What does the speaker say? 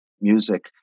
music